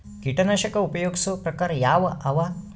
ಕೀಟನಾಶಕ ಉಪಯೋಗಿಸೊ ಪ್ರಕಾರ ಯಾವ ಅವ?